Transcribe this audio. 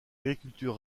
agriculture